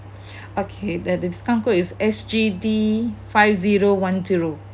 okay the the discount code is S G D five zero one zero